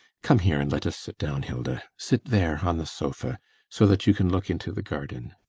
come here and let us sit down, hilda. sit there on the sofa so that you can look into the garden.